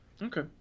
Okay